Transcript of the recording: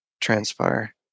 transpire